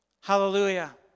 Hallelujah